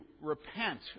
repent